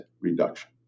reduction